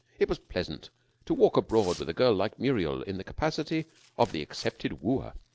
it was pleasant to walk abroad with a girl like muriel in the capacity of the accepted wooer.